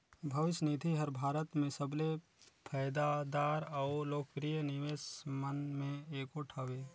भविस निधि हर भारत में सबले फयदादार अउ लोकप्रिय निवेस मन में एगोट हवें